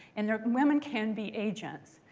and women can be agents.